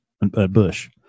Bush